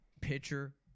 Pitcher